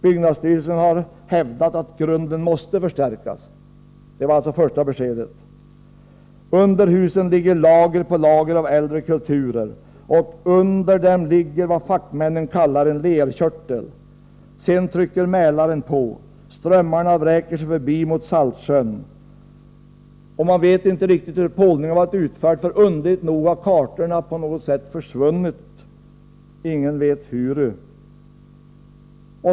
Byggnadsstyrelsen har hävdat att grunden måste förstärkas — det var det första beskedet. Under husen ligger lager på lager av äldre kulturer. Och under dem ligger vad fackmännen kallar ”en lerkörtel”. Mälaren trycker på. Strömmarna vräker sig förbi mot Saltsjön. Man vet inte riktigt hur pålningen blev utförd. Underligt nog har kartorna på något sätt försvunnit — ingen vet huru.